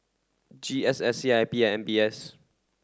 G S S C I P and M B S